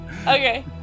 Okay